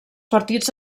partits